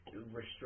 restrict